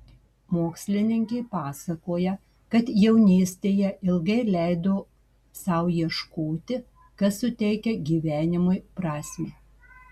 mokslininkė pasakoja kad jaunystėje ilgai leido sau ieškoti kas suteikia gyvenimui prasmę